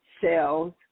cells